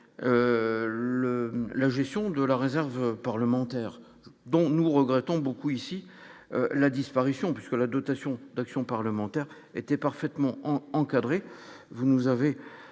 la gestion de la réserve parlementaire dont nous regrettons beaucoup ici la disparition puisque la dotation d'action parlementaire était parfaitement en encadré, vous nous avez